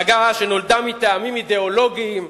מפלגה שנולדה מטעמים אידיאולוגיים,